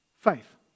Faith